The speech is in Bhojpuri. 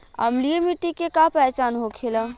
अम्लीय मिट्टी के का पहचान होखेला?